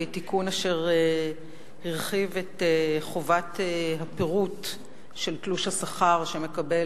תיקון אשר הרחיב את חובת הפירוט של תלוש השכר שמקבל